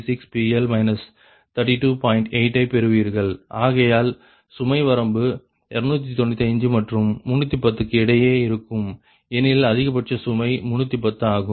8 ஐ பெறுவீர்கள் ஆகையால் சுமை வரம்பு 295 மற்றும் 310 க்கு இடையே இருக்கும் ஏனெனில் அதிகபட்ச சுமை 310 ஆகும்